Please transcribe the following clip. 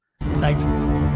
Thanks